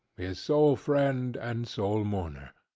his sole friend, and sole mourner.